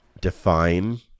define